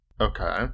Okay